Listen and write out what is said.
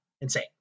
Insane